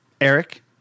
Eric